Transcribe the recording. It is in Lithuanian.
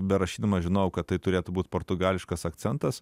berašydamas žinojau kad tai turėtų būti portugališkas akcentas